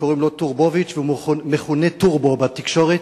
קוראים לו טורבוביץ והוא מכונה "טורבו" בתקשורת.